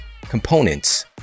components